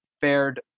fared